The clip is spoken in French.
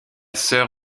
sœur